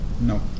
No